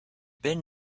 been